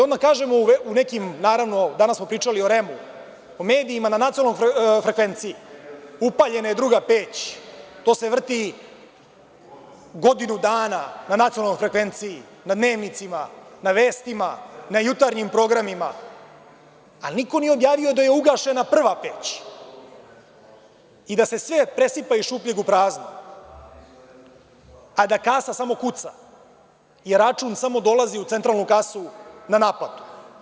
Odmah kažem, u nekim, naravno, danas smo pričali o REM-u, o medijima na nacionalnoj frekvenciji, upaljena je druga peć, to se vrti godinu dana na nacionalnoj frekvenciji, na dnevnicima, na vestima, na jutarnjim programima, ali niko nije objavio da je ugašena prva peć i da se sve presipa iz šupljeg u prazno, a da kasa samo kuca i račun samo dolazi u centralnu kasu na naplatu.